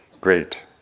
great